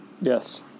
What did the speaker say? Yes